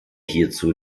hierzu